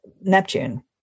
Neptune